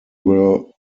were